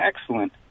excellent